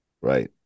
right